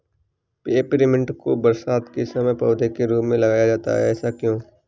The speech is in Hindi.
पेपरमिंट को बरसात के समय पौधे के रूप में लगाया जाता है ऐसा क्यो?